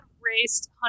raced